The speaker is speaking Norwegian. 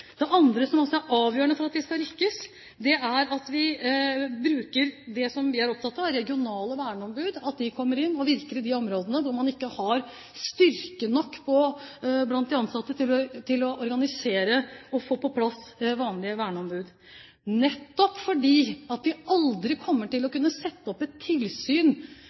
Det andre, som også er avgjørende for at vi skal lykkes, er at vi bruker det som vi er opptatt av, regionale verneombud, at de kommer inn og virker i de områdene hvor man ikke har styrke nok blant de ansatte til å organisere og få på plass vanlige verneombud, nettopp fordi vi aldri kommer til å kunne sette opp et tilsyn